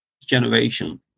generation